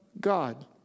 God